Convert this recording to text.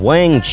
Wang